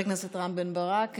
חבר הכנסת רם בן ברק,